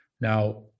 Now